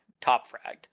top-fragged